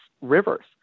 rivers